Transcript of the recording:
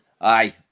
aye